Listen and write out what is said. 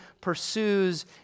pursues